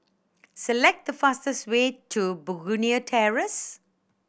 select the fastest way to Begonia Terrace